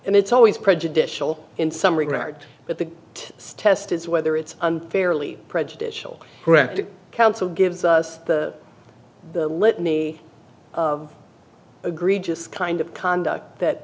and it's always prejudicial in some regard but the test is whether it's unfairly prejudicial corrective counsel gives us the let me agree just kind of conduct that